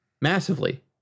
massively